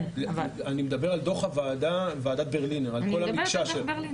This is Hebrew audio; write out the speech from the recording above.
אני מדבר על דוח ועדת ברלינר על כל המקשה שלו.